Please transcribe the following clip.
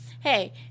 hey